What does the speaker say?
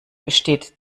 besteht